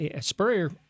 Spurrier